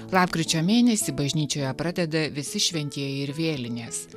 lapkričio mėnesį bažnyčioje pradeda visi šventieji ir vėlinės